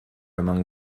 among